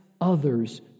others